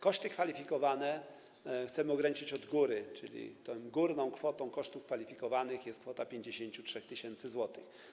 Koszty kwalifikowane chcemy ograniczyć od góry, czyli tą górną kwotą kosztów kwalifikowanych jest kwota 53 tys. zł.